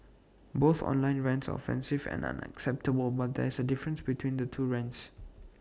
both online rants are offensive and unacceptable but there is A difference between the two rants